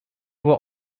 will